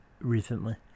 recently